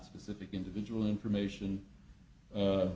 specific individual information